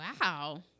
Wow